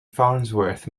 farnsworth